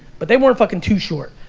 but they weren't fucking too sure.